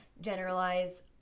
generalize